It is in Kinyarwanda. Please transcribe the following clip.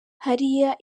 hariya